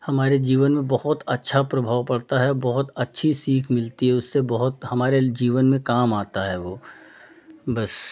हमारे जीवन में बहुत अच्छा प्रभाव पड़ता है बहुत अच्छी सीख मिलती है उससे बहुत हमारे जीवन में काम आता है वो बस